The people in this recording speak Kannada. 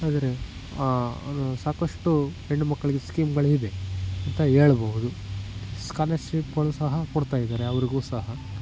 ಆದರೆ ಸಾಕಷ್ಟು ಹೆಣ್ಣುಮಕ್ಕಳಿಗೆ ಸ್ಕೀಮ್ಗಳು ಇವೆ ಅಂತ ಹೇಳ್ಬಹುದು ಸ್ಕಾಲರ್ಶಿಪ್ಗಳು ಸಹ ಕೊಡ್ತಾಯಿದ್ದಾರೆ ಅವರಿಗೂ ಸಹ